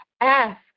ask